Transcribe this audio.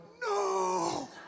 no